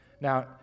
Now